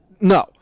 No